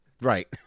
Right